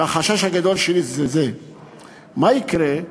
והחשש הגדול שלי הוא מה יקרה,